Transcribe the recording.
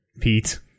Pete